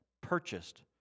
purchased